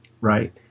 right